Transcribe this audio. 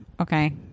Okay